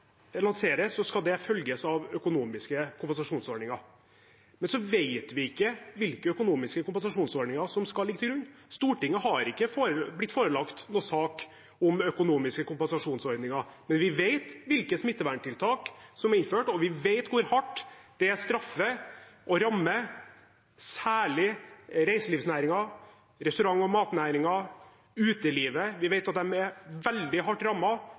skal det følges av økonomiske kompensasjonsordninger, men så vet vi ikke hvilke økonomiske kompensasjonsordninger som skal ligge til grunn. Stortinget har ikke blitt forelagt noen sak om økonomiske kompensasjonsordninger, men vi vet hvilke smitteverntiltak som er innført, og vi vet hvor hardt det straffer og rammer særlig reiselivsnæringen, restaurant- og matnæringen og utelivet. Vi vet at de er veldig hardt